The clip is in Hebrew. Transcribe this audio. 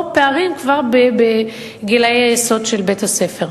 פערים כבר בגילאי היסוד של בית-הספר.